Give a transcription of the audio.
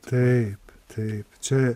taip taip čia